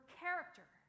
character